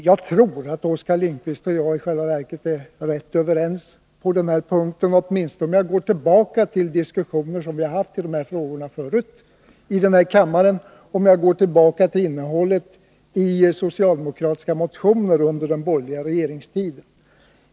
Jag tror att Oskar Lindkvist och jag i själva verket är rätt överens på den punkten, med tanke på de diskussioner som vi haft i de här frågorna förut i denna kammare och med tanke på innehållet i socialdemokratiska motioner under den borgerliga regeringstiden.